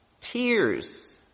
Tears